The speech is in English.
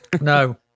No